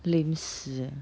lame 死 ah